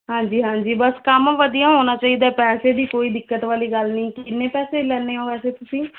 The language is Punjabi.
ਹਾਂਜੀ ਹਾਂਜੀ ਬਸ ਕੰਮ ਵਧੀਆ ਹੋਣਾ ਚਾਹੀਦਾ ਪੈਸੇ ਦੀ ਕੋਈ ਦਿੱਕਤ ਵਾਲੀ ਗੱਲ ਨਹੀਂ ਕਿੰਨੇ ਪੈਸੇ ਲੈਂਦੇ ਹੋ ਵੈਸੇ ਤੁਸੀਂ